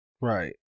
right